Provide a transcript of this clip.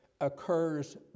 occurs